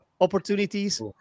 opportunities